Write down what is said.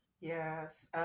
Yes